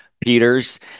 Peter's